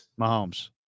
Mahomes